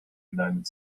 united